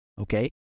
okay